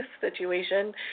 situation